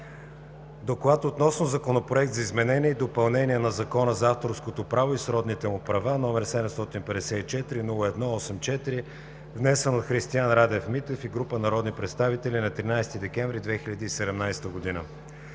„ДОКЛАД относно Законопроект за изменение и допълнение на Закона за авторското право и сродните му права, № 754-01-84, внесен от Христиан Радев Митев и група народни представители на 13 декември 2017 г.